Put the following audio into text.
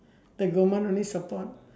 the government only support